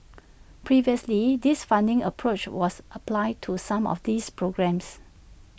previously this funding approach was applied to some of these programmes